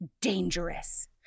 dangerous